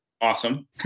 Awesome